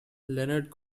leonard